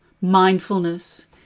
mindfulness